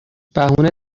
بهونه